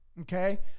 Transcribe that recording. okay